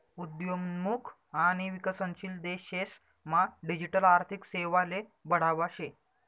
उद्योन्मुख आणि विकसनशील देशेस मा डिजिटल आर्थिक सेवाले बढावा शे